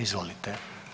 Izvolite.